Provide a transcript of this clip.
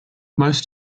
most